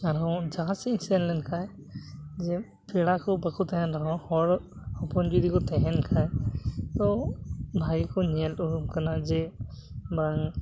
ᱟᱨᱦᱚᱸ ᱡᱟᱦᱟᱸ ᱥᱮᱫ ᱤᱧ ᱥᱮᱱ ᱞᱮᱱ ᱠᱷᱟᱡ ᱡᱮ ᱯᱮᱲᱟ ᱠᱚ ᱵᱟᱠᱚ ᱛᱟᱦᱮᱱ ᱨᱮᱦᱚᱸ ᱦᱚᱲ ᱦᱚᱯᱚᱱ ᱡᱩᱫᱤ ᱠᱚ ᱛᱟᱦᱮᱱ ᱠᱷᱟᱡ ᱛᱚ ᱵᱷᱟᱹᱜᱤ ᱠᱚ ᱧᱮᱞ ᱩᱨᱩᱢ ᱠᱟᱱᱟ ᱡᱮ ᱵᱟᱝ